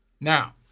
Now